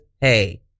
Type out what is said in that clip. hey